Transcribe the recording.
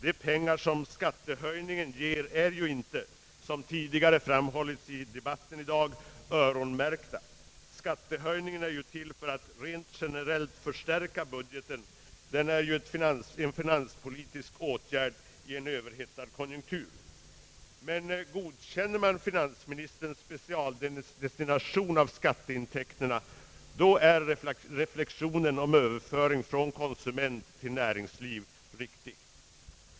De pengar som skattehöjningen ger är ju inte som tidigare framhållits i debatten i dag öronmärkta. Skattehöjningen är till för att rent generellt förstärka budgeten. Den är en finanspolitisk åtgärd i en överhettad konjunktur. Men godkänner man finansministerns specialdestination av skatteintäkterna, då är reflexionen om överföring från konsument till näringsliv riktig.